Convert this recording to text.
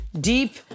deep